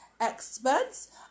Experts